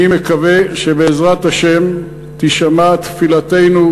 אני מקווה שבעזרת השם תישמע תפילתנו,